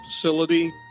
facility